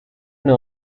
una